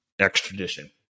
extradition